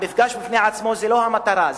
המפגש בפני עצמו זה לא המטרה,